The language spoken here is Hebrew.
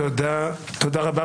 תודה רבה.